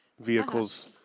vehicles